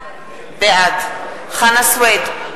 בעד חנא סוייד,